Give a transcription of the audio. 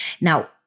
Now